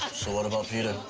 so what about peter?